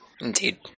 Indeed